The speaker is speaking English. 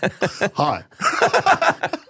Hi